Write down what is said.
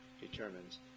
determines